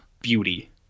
beauty